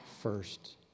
first